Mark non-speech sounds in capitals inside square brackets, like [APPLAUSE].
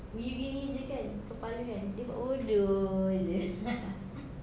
you gini jer kan kepala kan dia buat bodoh jer [LAUGHS]